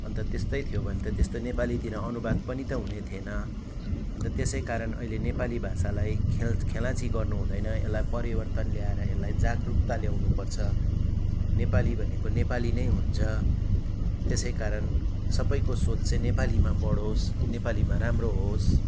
अन्त त्यस्तै थियो भने त त्यस्तो नेपालीतिर अनुवाद पनि त हुने थिएन अन्त त्यसै कारण अहिले नेपाली भाषालाई खे खेलाइँची गर्नु हुँदैन यसलाई परिवर्तन ल्याएर यसलाई जागरूकता ल्याउनुपर्छ नेपाली भनेको नेपाली नै हुन्छ त्यसै कारण सबैको सोच चाहिँ नेपालीमा बढोस् नेपालीमा राम्रो होस्